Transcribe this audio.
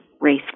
race